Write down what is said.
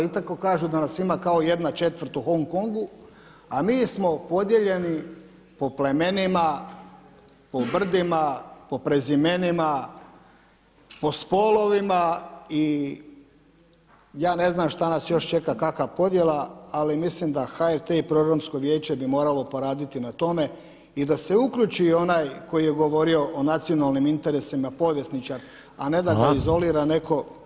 I tako kažu da nas ima kao jedna četvrt u Hong Kongu, a mi smo podijeljeni po plemenima, po brdima, po prezimenima, po spolovima i ja ne znam šta nas još čeka kakva podjela, ali mislim da HRT i Programsko vijeće bi moralo poraditi na tome i da se uključi onaj koji je govorio o nacionalnim interesima povjesničar, a ne da ga izolira neko.